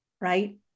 Right